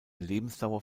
lebensdauer